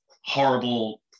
horrible